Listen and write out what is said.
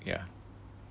yeah